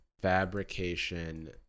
Fabrication